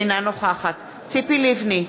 אינה נוכחת ציפי לבני,